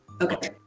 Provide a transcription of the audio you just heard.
Okay